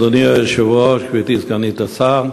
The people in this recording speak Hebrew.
אדוני היושב-ראש, גברתי סגנית השר,